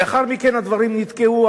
לאחר מכן הדברים נתקעו,